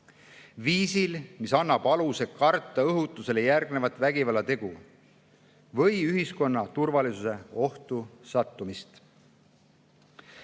"viisil, mis annab aluse karta õhutusele järgnevat vägivallategu või ühiskonna turvalisuse [olulist]